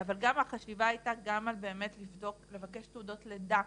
אבל החשיבה הייתה גם על לבקש תעודות לידה,